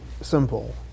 simple